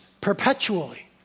perpetually